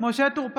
משה טור פז,